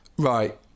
right